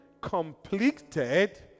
completed